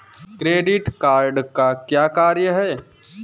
Credit card का क्या कार्य है?